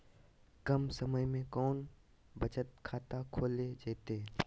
कम समय में कौन बचत खाता खोले जयते?